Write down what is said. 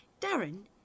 Darren